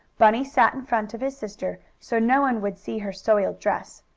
bunny sat in front of his sister, so no one would see her soiled dress.